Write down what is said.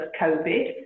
covid